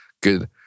good